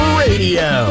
radio